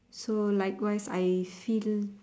so likewise I feel